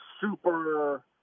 Super